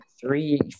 three